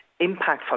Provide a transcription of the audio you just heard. impactful